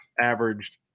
averaged